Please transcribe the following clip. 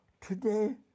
today